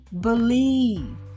believe